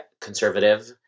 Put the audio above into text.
conservative